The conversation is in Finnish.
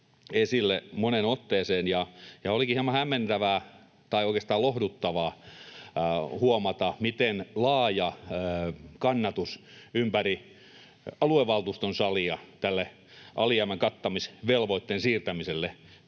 esille moneen otteeseen, ja olikin hieman hämmentävää tai oikeastaan lohduttavaa huomata, miten laaja kannatus ympäri aluevaltuuston salia tälle alijäämän kattamisvelvoitteen siirtämiselle